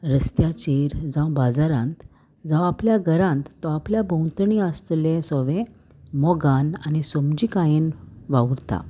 रस्त्याचेर जावं बाजारांत जावं आपल्या घरांत तो आपल्या भोंवतणी आसतले सोवे मोगान आनी समजीकायेन वावुरता